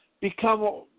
Become